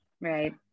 Right